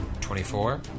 Twenty-four